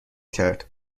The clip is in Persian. کرد